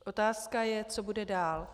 Otázka je, co bude dál.